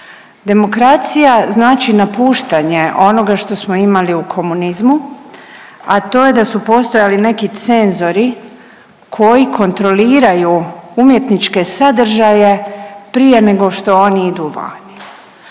Demokracija znači napuštanje onoga što smo imali u komunizmu, a to je da su postojali neki cenzori koji kontroliraju umjetničke sadržaje prije nego što oni idu vani.